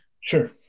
Sure